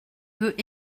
veut